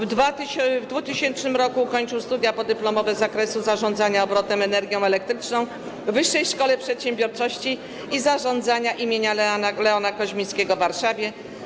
W 2000 r. ukończył studia podyplomowe z zakresu zarządzania obrotem energią elektryczną w Wyższej Szkole Przedsiębiorczości i Zarządzania im. Leona Koźmińskiego w Warszawie.